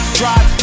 drive